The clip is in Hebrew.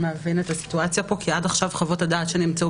להבין את הסיטואציה כאן כי עד עכשיו חוות הדעת שנמצאו